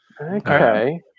Okay